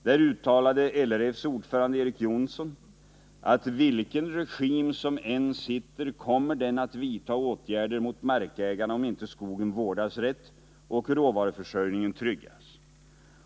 Där uttalade LRF:s ordförande Erik Jonsson att ”vilken regim som än sitter kommer den att vidta åtgärder mot markägarna om inte skogen vårdas rätt och råvaruförsörjningen tryggas”.